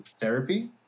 therapy